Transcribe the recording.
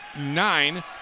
nine